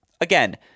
again